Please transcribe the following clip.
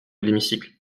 l’hémicycle